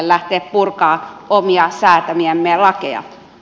lähteä purkamaan omia säätämiämme lakeja